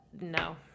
No